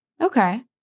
Okay